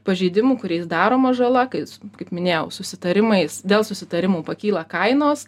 pažeidimų kuriais daroma žala kai su kaip minėjau susitarimais dėl susitarimų pakyla kainos